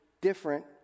different